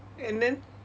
and then